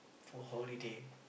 for holiday